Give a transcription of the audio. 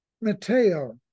Mateo